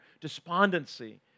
despondency